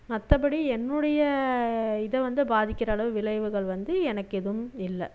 மற்றபடி என்னுடைய இதை வந்து பாதிக்கிற அளவு விளைவுகள் வந்து எனக்கு எதுவும் இல்லை